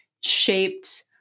shaped